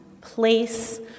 place